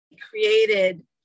created